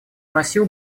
носил